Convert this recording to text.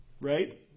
right